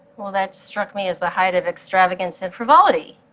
well, that struck me as the height of extravagance and frivolity.